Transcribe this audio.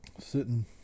Sitting